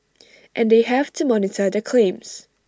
and they have to monitor the claims